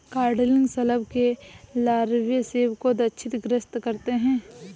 codling शलभ के लार्वे सेब को क्षतिग्रस्त करते है